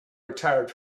retired